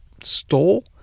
stole